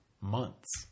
Months